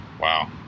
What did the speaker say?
Wow